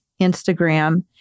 Instagram